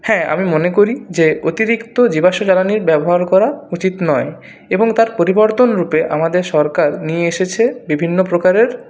হ্যাঁ আমি মনে করি যে অতিরিক্ত জীবাশ্ম জ্বালানির ব্যবহার করা উচিত নয় এবং তার পরিবর্তন রূপে আমাদের সরকার নিয়ে এসেছে বিভিন্ন প্রকারের